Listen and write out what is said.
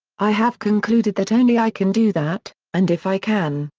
i have concluded that only i can do that, and if i can,